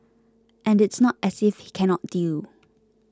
and it's not as if he cannot deal